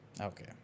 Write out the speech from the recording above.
okay